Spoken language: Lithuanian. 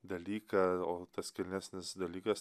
dalyką o tas kilnesnis dalykas